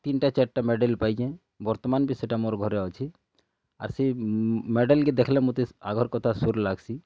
ତିନ୍ଟା ଚାର୍ଟା ମେଡ଼ାଲ୍ ପାଇଛେଁ ବର୍ତ୍ତମାନ୍ ବି ସେଟା ମୋର୍ ଘରେ ଅଛି ଆର୍ ସେ ମେଡ଼ାଲ୍ କେ ଦେଖିଲେ ମତେ ଆଗର୍ କଥା ସୁର୍ ଲାଗ୍ସି